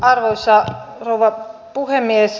arvoisa rouva puhemies